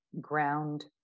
ground